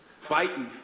fighting